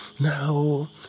Now